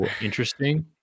interesting